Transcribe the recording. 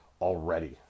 already